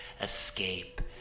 escape